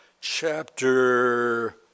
chapter